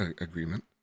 agreement